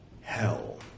hell